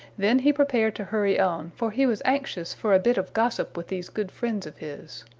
then he prepared to hurry on, for he was anxious for a bit of gossip with these good friends of his.